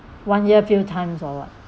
one year few times or what